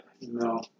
No